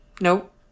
Nope